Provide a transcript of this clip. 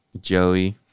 Joey